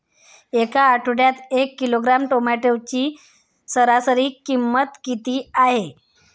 या आठवड्यात एक किलोग्रॅम टोमॅटोची सरासरी किंमत किती आहे?